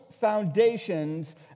foundations